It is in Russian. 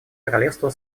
королевство